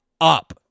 up